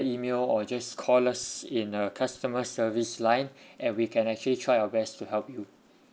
email or just call us in uh customer service line and we can actually try our best to help you